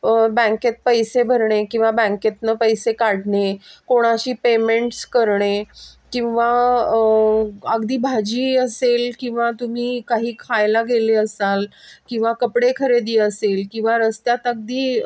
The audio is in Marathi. बँकेत पैसे भरणे किंवा बँकेतनं पैसे काढणे कोणाशी पेमेंट्स करणे किंवा अगदी भाजी असेल किंवा तुम्ही काही खायला गेले असाल किंवा कपडे खरेदी असेल किंवा रस्त्यात अगदी